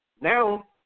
Now